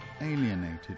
alienated